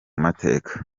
mateka